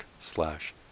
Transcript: slash